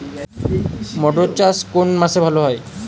মটর চাষ কোন মাসে ভালো হয়?